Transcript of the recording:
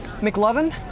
McLovin